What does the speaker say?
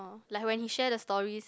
oh like when he share the stories